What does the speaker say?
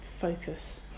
focus